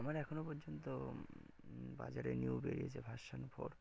আমার এখনও পর্যন্ত বাজারে নিউ বেরিয়েছে ভার্সন ফোর